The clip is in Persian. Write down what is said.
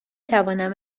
توانم